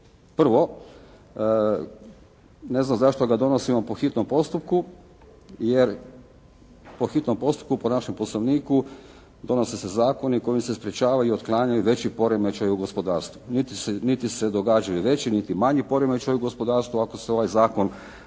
Prvo, ne znam zašto ga donosimo po hitnom postupku jer po hitnom postupku po našem Poslovniku donose se zakoni kojim se sprječavaju, otklanjaju veći poremećaj u gospodarstvu. Niti se događaju veći, niti manji poremećaju u gospodarstvu ako se ovaj zakon donese